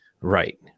Right